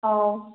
ꯑꯥꯎ